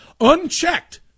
unchecked